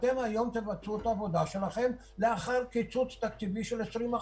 אתם היום תבצעו את העבודה שלכם לאחר קיצוץ תקציבי של 20%,